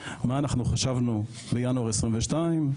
מה חשבנו בינואר 2022,